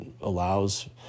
allows